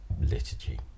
liturgy